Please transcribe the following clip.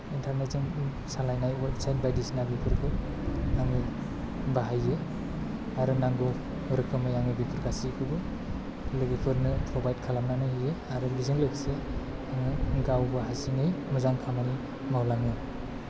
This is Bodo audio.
इन्टरनेटजों सालाइनाय वेबसाइड बाइदिसिना बेफोरखौ आङो बाहायो आरो नांगौ रोखोमै आङो बेफोर गासिखौबो लोगोफोरनो फ्रभाइड खालामनानै होयो आरो बेजों लोगोसे गावबो हारसिङै मोजां खामानि मावलाङो